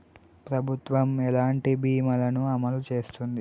ప్రభుత్వం ఎలాంటి బీమా ల ను అమలు చేస్తుంది?